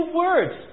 words